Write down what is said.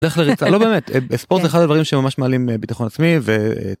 דרך לריצה לא באמת ספורט אחד הדברים שממש מעלים ביטחון עצמי ו.